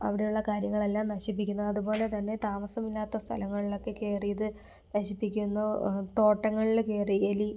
അവിടെയുള്ള കാര്യങ്ങളെല്ലാം നശിപ്പിക്കുന്നത് അതുപോലെതന്നെ താമസമില്ലാത്ത സ്ഥലങ്ങളിലൊക്കെ കയറി ഇത് നശിപ്പിക്കുന്നു തോട്ടങ്ങളില് കയറി എലി